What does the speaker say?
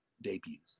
debuts